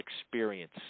experience